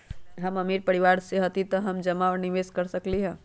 हम अमीर परिवार से न हती त का हम जमा और निवेस कर सकली ह?